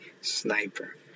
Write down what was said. Sniper